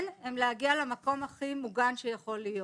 הן להגיע למקום הכי מוגן שיכול להיות.